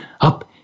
up